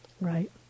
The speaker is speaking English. right